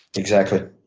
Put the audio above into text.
exactly.